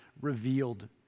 revealed